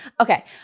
Okay